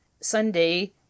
Sunday